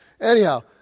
Anyhow